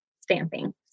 Stamping